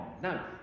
No